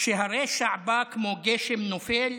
"כשהרשע בא כמו גשם נופל,